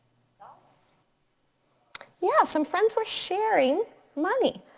ah yeah, some friends were sharing money.